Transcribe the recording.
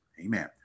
amen